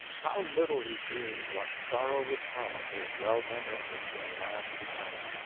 how little he dreamed what sorrow would come of his well-meant efforts in the lad's behalf!